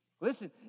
Listen